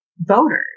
voters